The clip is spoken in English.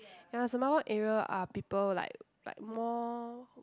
ya Semabawang area are people like like more